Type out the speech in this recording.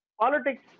politics